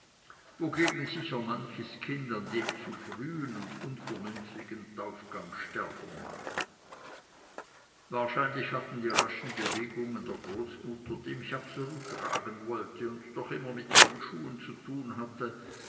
wogegen sicher manches kind an dem zu frühen unvernünftigen taufgang sterben mag wahrscheinlich hatten die raschen bewegungen der großmutter die mich absolut tragen wollte und doch immer mit ihren schuhen zu tun hatte